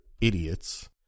idiots